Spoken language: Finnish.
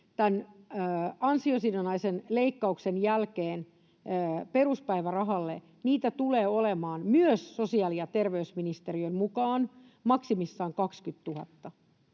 tämän ansiosidonnaisen leikkauksen jälkeen peruspäivärahalle, tulee olemaan myös sosiaali- ja terveysministeriön mukaan maksimissaan 20 000.